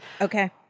Okay